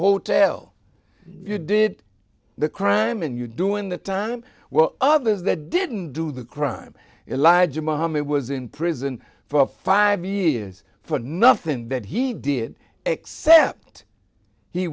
hotel you did the crime and you doing the time well others that didn't do the crime alija mohammed was in prison for five years for nothing that he did except he